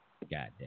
Goddamn